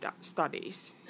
studies